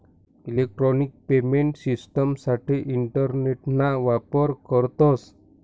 electronic payment शिश्टिमसाठे इंटरनेटना वापर करतस